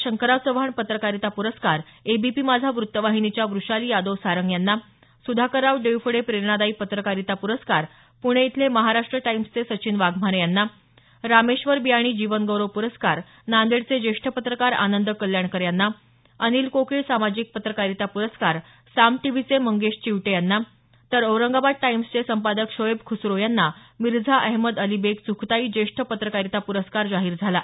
शंकरराव चव्हाण पत्रकारिता प्रस्कार एबीपी माझा व्तत्तवाहिनीच्या व्रषाली यादव सारंग यांना सुधाकरराव डोईफोडे प्रेरणादायी पत्रकारिता प्रस्कार प्णे इथले महाराष्ट्र टाईम्सचे सचिन वाघमारे यांना रामेश्वर बियाणी जीवन गौरव पुरस्कार नांदेडचे ज्येष्ठ पत्रकार आनंद कल्याणकर यांना अनिल कोकीळ सामाजिक पत्रकारिता प्रस्कार साम टिव्हीचे मंगेश चिवटे यांना तर औरंगाबाद टाईम्सचे संपादक शोएब ख्रसरो यांना मिर्झा अहेमद अली बेग चुखताई ज्येष्ठ पत्रकारिता पुरस्कार जाहीर झाला आहे